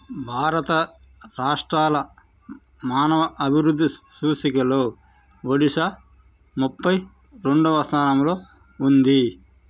భారత రాష్ట్రాల మానవ అభివృద్ధి సూచికలో ఒడిషా ముప్పై రెండవ స్థానంలో ఉంది